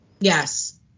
yes